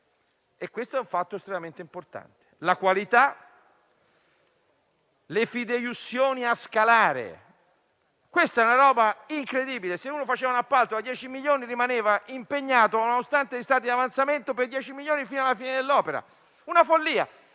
coperture è un fatto veramente importante. Le fideiussioni a scalare sono una cosa incredibile. Se uno faceva un appalto da 10 milioni, rimaneva impegnato, nonostante gli stati di avanzamento, per 10 milioni fino alla fine dell'opera: una follia